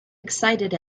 excited